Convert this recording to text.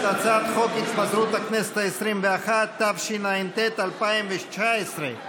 הכנסת העשרים-ואחת, התשע"ט 2019,